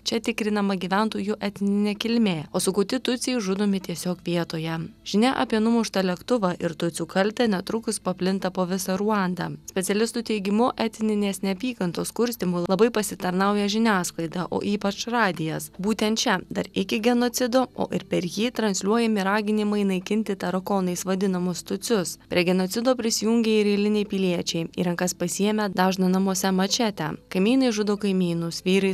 čia tikrinama gyventojų etninė kilmė o sugauti tutsiai žudomi tiesiog vietoje žinia apie numuštą lėktuvą ir tutsių kaltę netrukus paplinta po visą ruandą specialistų teigimu etninės neapykantos kurstymu labai pasitarnauja žiniasklaida o ypač radijas būtent čia dar iki genocido o ir per jį transliuojami raginimai naikinti tarakonais vadinamus tutsius prie genocido prisijungė ir eiliniai piliečiai į rankas pasiėmę dažną namuose mačetę kaimynai žudo kaimynus vyrai